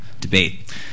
debate